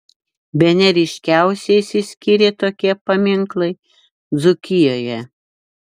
bene ryškiausiai išsiskyrė tokie paminklai dzūkijoje